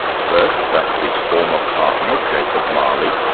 first that of his former partner, jacob marley,